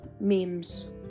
memes